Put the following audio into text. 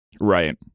Right